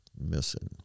missing